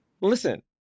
Listen